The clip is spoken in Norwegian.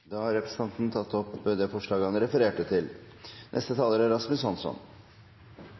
Representanten Audun Lysbakken har tatt opp det forslaget han refererte til.